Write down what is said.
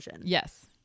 Yes